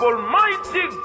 Almighty